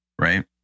right